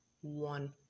one